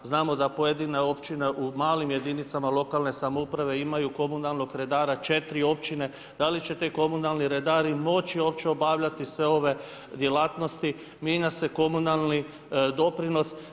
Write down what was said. Znamo da pojedine općine u malim jedinicama lokalne samouprave imaju komunalnog redara, 4 općine, da li će ti komunalni redari, moći uopće obavljati sve ove djelatnosti, mijenja se komunalni doprinos.